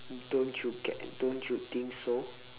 don't you get don't you think so